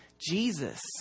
Jesus